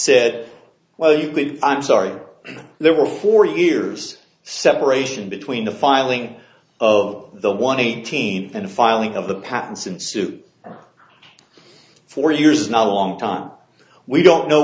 said well you think i'm sorry there were four years separation between the filing of the one eighteen and filing of the pattern since two four years now long time we don't know